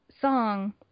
song